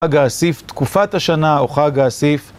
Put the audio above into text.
חג האסיף, תקופת השנה, או חג האסיף.